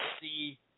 see